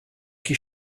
que